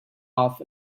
off